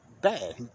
bad